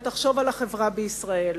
ותחשוב על החברה בישראל.